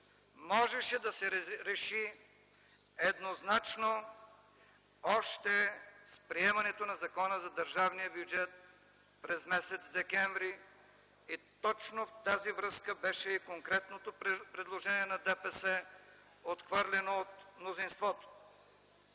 можеше да се реши еднозначно още с приемането на Закона за държавния бюджет през месец декември 2009 г. И точно в тази връзка беше конкретното предложение на ДПС, отхвърлено от мнозинството.